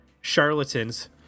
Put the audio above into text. Charlatans